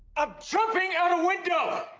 i'm jumping out a window. oh,